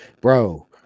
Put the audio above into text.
bro